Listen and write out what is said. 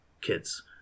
kids